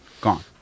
Gone